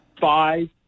five